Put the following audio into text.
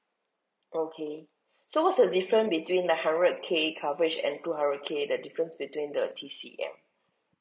okay so what's the difference between like hundred K coverage and two hundred K the difference between the T_C_M